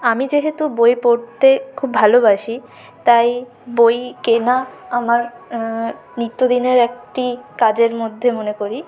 আমি যেহেতু বই পড়তে খুব ভালোবাসি তাই বই কেনা আমার নিত্যদিনের একটি কাজের মধ্যে মনে করি